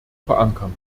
verankern